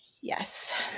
Yes